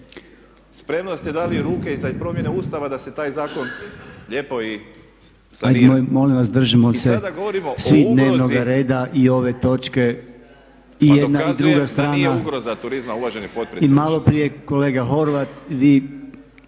Spremno ste dali ruke i za promjene Ustava da se taj zakon lijepo i sanira. … /Upadica Podolnjak: Molim vas držimo se svi dnevnoga reda i ove točke. I jedna i druga strana. /… Pa dokazujem